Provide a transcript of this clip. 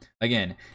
again